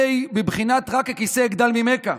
בבחינת "רק הכסא אגדל ממך",